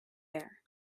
air